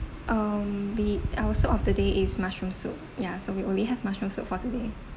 um we our soup of the day is mushroom soup ya so we only have mushroom soup for today